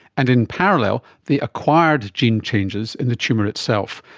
and in parallel the acquired gene changes in the tumour itself.